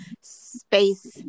space